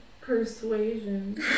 Persuasion